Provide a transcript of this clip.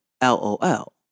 L-O-L